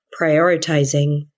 prioritizing